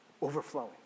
overflowing